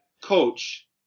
coach